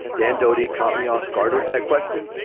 dan, dody caught me off guard with that question,